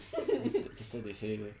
later they say